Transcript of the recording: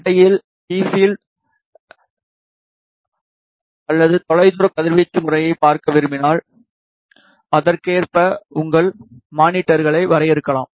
இடையில் E field H field அல்லது தொலைதூர கதிர்வீச்சு முறையைப் பார்க்க விரும்பினால் அதற்கேற்ப உங்கள் மானிட்டர்களை வரையறுக்கலாம்